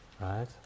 Right